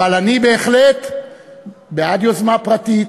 אבל אני בהחלט בעד יוזמה פרטית,